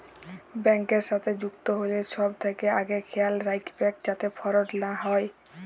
ব্যাংকের সাথে যুক্ত হ্যলে ছব থ্যাকে আগে খেয়াল রাইখবেক যাতে ফরড লা হ্যয়